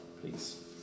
please